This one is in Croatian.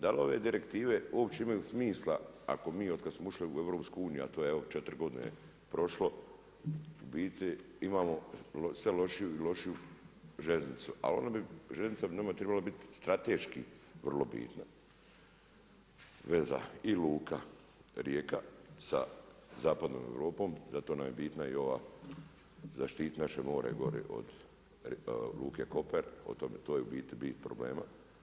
Da li ove direktive uopće imaju smisla ako mi otkad smo ušli u EU, a to je evo 4 godine prošle, u biti imamo sve lošiju i lošiju željeznicu, ali onda bi željeznica bi nama trebala biti strateški vrlo bitna veza i luka Rijeka sa zapadnom Europom, zato nam je bitna i ova zaštiti naše more od luke Koper, to je u biti bit problema.